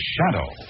Shadow